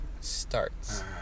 starts